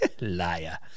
liar